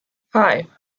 five